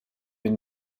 have